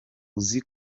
uzi